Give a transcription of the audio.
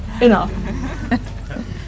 enough